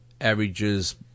averages